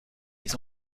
les